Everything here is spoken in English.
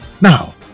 Now